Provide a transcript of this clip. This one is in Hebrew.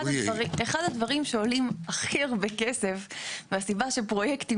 אחד הדברים שעולים הכי הרבה כסף והסיבה שפרויקטים